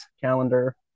calendar